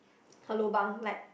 her lobang like